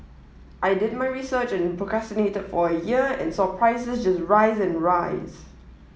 I did my research and procrastinated for a year and saw prices just rise and rise